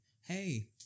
Hey